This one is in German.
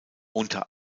unter